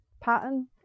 pattern